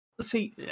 see